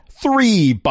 Three